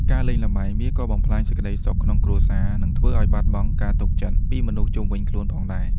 ការលេងល្បែង វាក៏បំផ្លាញសេចក្តីសុខក្នុងក្រុមគ្រួសារ និងធ្វើឲ្យបាត់បង់ការទុកចិត្តពីមនុស្សជុំវិញខ្លួនផងដែរ។